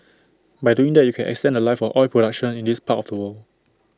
by doing that you can extend The Life of oil production in this part of the world